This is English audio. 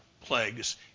plagues